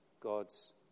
God's